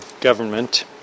government